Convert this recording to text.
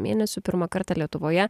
mėnesių pirmą kartą lietuvoje